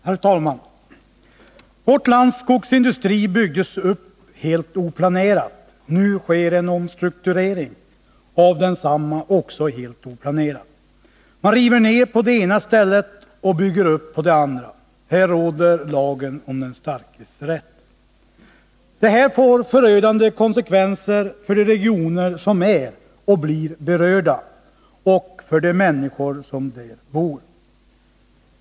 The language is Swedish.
Herr talman! Vårt lands skogsindustri byggdes upp helt oplanerat, och nu sker en omstrukturering av densamma, också helt oplanerat. Man river ner på det ena stället och bygger upp på det andra. Här råder lagen om den starkes rätt. Detta får förödande konsekvenser för de regioner som är och blir berörda och för de människor som där bor.